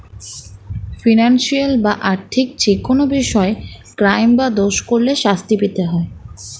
financial বা আর্থিক যেকোনো বিষয়ে ক্রাইম বা দোষ করলে শাস্তি পেতে হয়